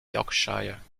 yorkshire